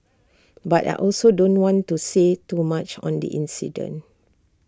but I also don't want to say too much on the incident